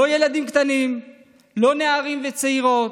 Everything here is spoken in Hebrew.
לא ילדים קטנים, לא נערים וצעירות,